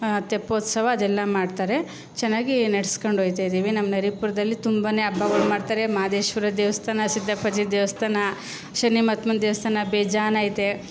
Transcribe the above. ತೆಪ್ಪೋತ್ಸವ ಅದೆಲ್ಲ ಮಾಡ್ತಾರೆ ಚೆನ್ನಾಗಿ ನಡ್ಸ್ಕೊಂಡು ಹೋಗ್ತಾ ಇದ್ದೀವಿ ನಮ್ಮ ನರಸೀಪುರದಲ್ಲಿ ತುಂಬನೇ ಹಬ್ಬಳು ಮಾಡ್ತಾರೆ ಮಹದೇಶ್ವರ ದೇವಸ್ಥಾನ ಸಿದ್ದಪ್ಪಾಜಿ ದೇವಸ್ಥಾನ ಶನಿಮಹಾತ್ಮನ ದೇವಸ್ಥಾನ ಬೇಜಾನು ಐತೆ